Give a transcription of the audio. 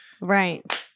Right